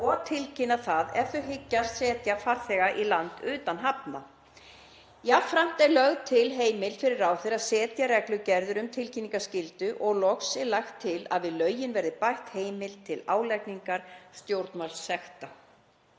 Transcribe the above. og tilkynna það ef þau hyggjast setja farþega í land utan hafna. Jafnframt er lögð til heimild fyrir ráðherra til að setja reglugerðir um tilkynningarskyldu og loks er lagt til að við lögin verði bætt heimild til álagningar stjórnvaldssekta.